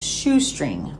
shoestring